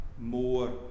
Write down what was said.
more